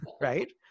right